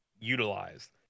utilized